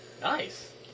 Nice